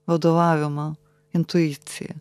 vadovavimą intuicija